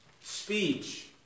speech